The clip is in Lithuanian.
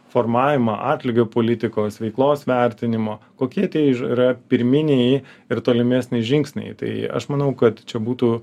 formavimą atlygio politikos veiklos vertinimo kokie tie ir yra pirminiai ir tolimesni žingsniai tai aš manau kad čia būtų